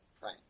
Right